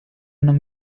non